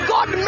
God